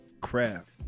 craft